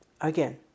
again